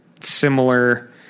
similar